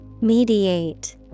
Mediate